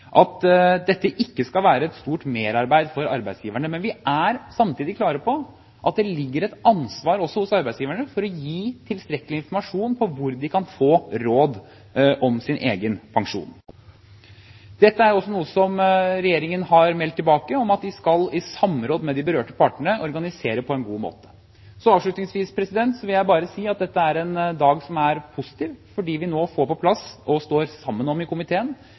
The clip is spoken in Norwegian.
at dette ikke skal være et stort merarbeid for arbeidsgiverne. Men vi er samtidig klare på at det ligger et ansvar også hos arbeidsgiverne for å gi tilstrekkelig informasjon om hvor man kan få råd om sin egen pensjon. Dette er også noe som regjeringen har meldt tilbake: at de i samråd med de berørte partene skal organisere dette på en god måte. Avslutningsvis vil jeg bare si at dette er en positiv dag fordi vi nå får på plass – og står sammen om i komiteen